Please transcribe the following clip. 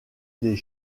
des